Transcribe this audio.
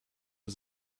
was